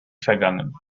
vergangen